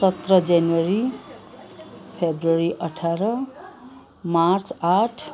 सत्र जनवरी फेब्रुअरी अठार मार्च आठ